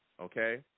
Okay